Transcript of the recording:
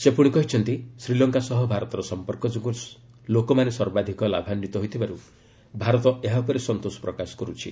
ସେ ପୁଣି କହିଛନ୍ତି ଶ୍ରୀଲଙ୍କା ସହ ଭାରତର ସଂପର୍କ ଯୋଗୁଁ ଲୋକମାନେ ସର୍ବାଧିକ ଲାଭାନ୍ୱିତ ହୋଇଥିବାରୁ ଭାରତ ଏହା ଉପରେ ସନ୍ତୋଷ ପ୍ରକାଶ କରୁଛି